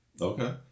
Okay